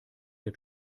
der